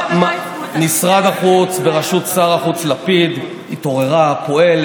משרד החוץ בראשות שר החוץ לפיד התעורר, פועל.